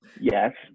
yes